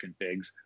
configs